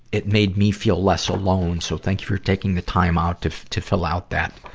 it made me feel less alone. so thank you for taking the time out to, to fill out that,